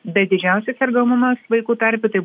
bet didžiausias sergamumas vaikų tarpe tai